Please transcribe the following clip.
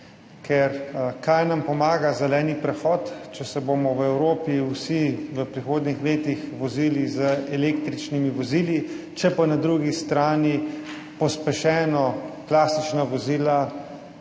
Ker kaj nam pomaga zeleni prehod, če se bomo v Evropi vsi v prihodnjih letih vozili z električnimi vozili, če pa na drugi strani pospešeno klasična vozila,